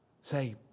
Say